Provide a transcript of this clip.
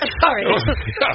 Sorry